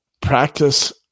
practice